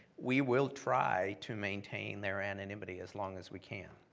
we will try to maintain their anonymity as long as we can,